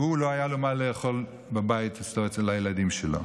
ולו לא היה מה לאכול בבית אצלו, לילדים שלו.